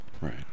Right